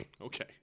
Okay